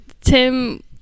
Tim